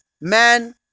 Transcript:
man